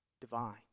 divine